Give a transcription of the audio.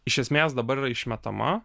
iš esmės dabar yra išmetama